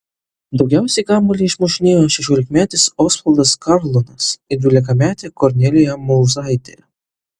daugiausiai kamuolį išmušinėjo šešiolikmetis osvaldas karlonas ir dvylikametė kornelija mauzaitė